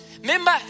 Remember